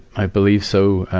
i believe so.